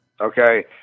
Okay